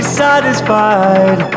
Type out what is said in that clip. satisfied